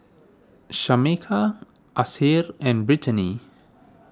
Shameka Asher and Brittany